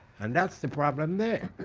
and that's the problem there.